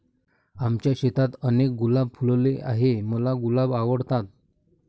आमच्या शेतात अनेक गुलाब फुलले आहे, मला गुलाब आवडतात